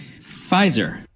Pfizer